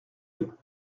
deux